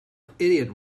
idiot